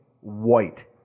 white